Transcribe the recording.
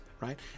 right